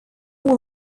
all